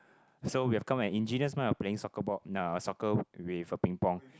so we have came up an ingenious mind of playing soccer ball no soccer with a Ping Pong